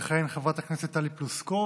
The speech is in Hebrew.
תכהן חברת הכנסת טלי פלוסקוב,